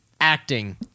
Acting